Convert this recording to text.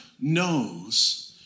knows